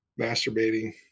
masturbating